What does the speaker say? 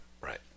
Right